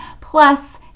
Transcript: plus